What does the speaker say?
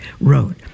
wrote